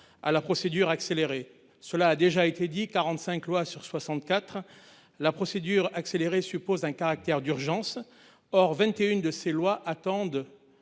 à la procédure accélérée. Cela a déjà été dit 45, loi sur 64 la procédure accélérée, suppose un caractère d'urgence. Or 21 de ses lois attendent